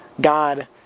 God